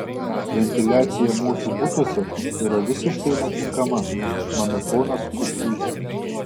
ventiliacija mūsų butuose yra visiškai netinkama mano ponas kudzys